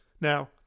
Now